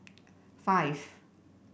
five